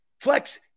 Flex